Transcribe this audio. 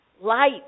Light